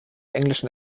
englischen